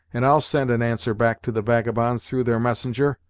and i'll send an answer back to the vagabonds through their messenger.